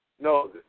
No